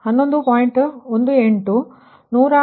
18 ಕೋನ 116